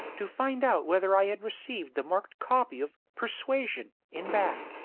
to find out whether i had received the marked copy of persuasion in bath,